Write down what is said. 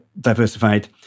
diversified